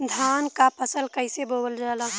धान क फसल कईसे बोवल जाला?